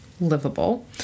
livable